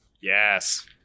Yes